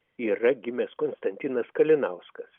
yra gimęs konstantinas kalinauskas